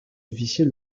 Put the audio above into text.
officier